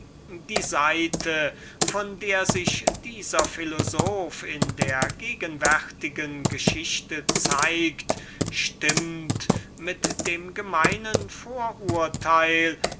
die seite von der sich dieser philosoph in der gegenwärtigen geschichte zeigt stimmt mit dem gemeinen vorurteil